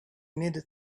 needed